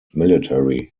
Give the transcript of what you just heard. military